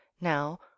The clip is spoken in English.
NOW